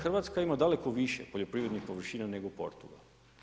Hrvatska ima daleko više poljoprivrednih površina nego Portugal.